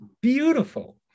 beautiful